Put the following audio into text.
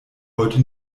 heute